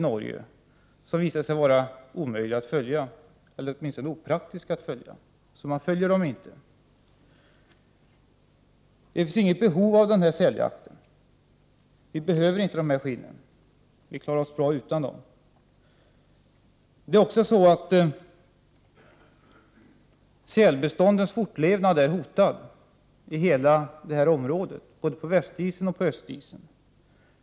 De visade sig emellertid vara omöjliga, åtminstone opraktiska, att följa, så därför följer man dem inte. Det finns inget behov av den här säljakten. Vi behöver inte dessa skinn, vi klarar oss bra utan dem. Sälbeståndets fortlevnad är hotad i hela det här området, både på västisen och på östisen,